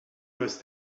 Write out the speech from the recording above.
must